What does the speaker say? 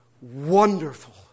wonderful